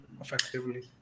effectively